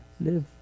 live